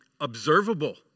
observable